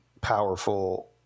powerful